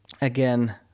again